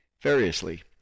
Variously